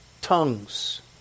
tongues